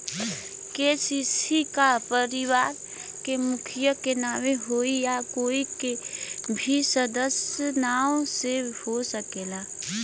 KCC का परिवार के मुखिया के नावे होई या कोई भी सदस्य के नाव से हो सकेला?